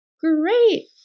great